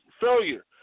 failure